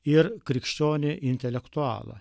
ir krikščionį intelektualą